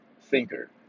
thinker